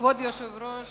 כבוד היושב-ראש,